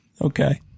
Okay